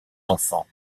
enfants